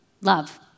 love